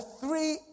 three